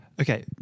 Okay